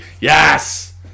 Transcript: Yes